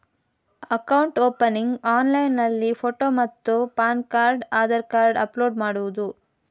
Account opening ಆನ್ಲೈನ್ನಲ್ಲಿ photo ಮತ್ತು PAN card Aadhaar card upload ಮಾಡುವುದು?